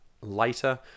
later